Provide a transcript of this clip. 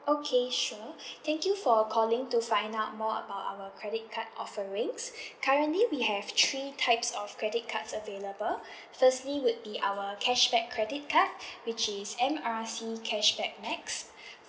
okay sure thank you for calling to find out more about our credit card offerings currently we have three types of credit cards available firstly would be our cashback credit card which is M R C cashback max